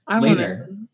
later